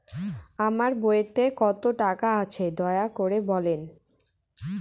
আমার বইতে কত টাকা আছে দয়া করে বলবেন?